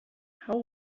how